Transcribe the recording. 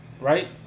right